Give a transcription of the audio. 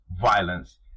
violence